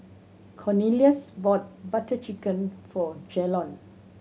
Cornelious bought Butter Chicken for Jalon